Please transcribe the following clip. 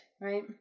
right